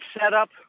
setup